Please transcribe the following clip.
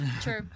True